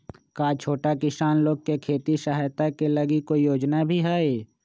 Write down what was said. का छोटा किसान लोग के खेती सहायता के लगी कोई योजना भी हई?